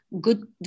good